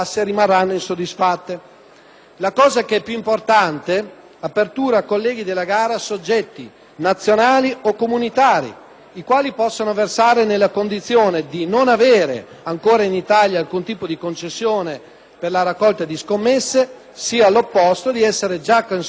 l'aspetto più importante, colleghi, cioè l'apertura della gara a soggetti, nazionali o comunitari, i quali possono versare nella condizione sia di non avere ancora, in Italia, alcun tipo di concessione per la raccolta di scommesse, sia, all'opposto, di essere già concessionari